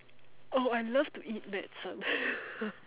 oh I love to eat medicine